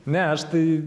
ne aš tai